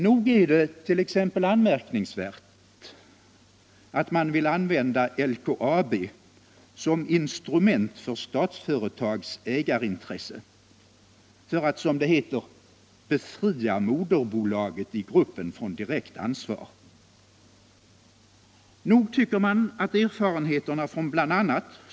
Nog är det t.ex. anmärkningsvärt att man vill använda LKAB ”som instrument för Statsföretags ägarintresse” för att — som det heter — ”befria moderbolaget i gruppen från direkt ansvar”. Nog tycker man att erfarenheterna från bl.a.